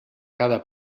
cada